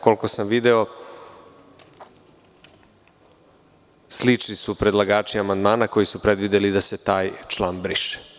Koliko sam video, slični su predlagači amandmani koji su predvideli da se taj član briše.